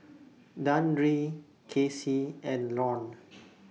Dandre Casey and Lorne